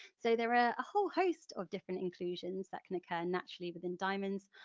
so there are a whole host of different inclusions that can occur naturally within diamonds,